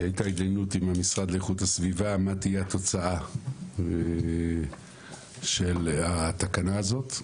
הייתה התדיינות עם המשרד לאיכות הסביבה מה תהיה התוצאה של התקנה הזאת.